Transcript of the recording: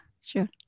Sure